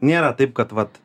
nėra taip kad vat